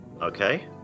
Okay